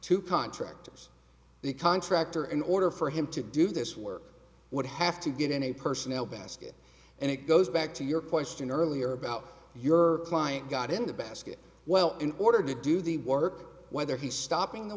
to contractors the contractor in order for him to do this work would have to get in a personnel basket and it goes back to your question earlier about your client got in the basket well in order to do the work whether he's stopping